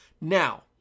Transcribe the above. Now